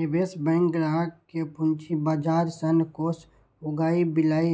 निवेश बैंक ग्राहक कें पूंजी बाजार सं कोष उगाही, विलय